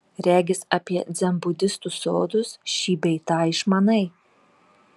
regis apie dzenbudistų sodus šį bei tą išmanai